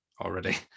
already